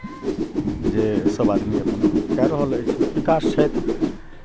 जे सभ आदमी अपन कए रहल अछि विकास छथि